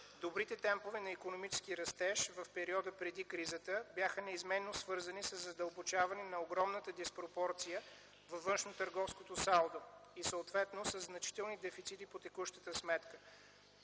Добрите темпове на икономически растеж в периода преди кризата бяха неизменно свързани със задълбочаване на огромната диспропорция във външнотърговското салдо и съответно със значителни дефицити по текущата сметка.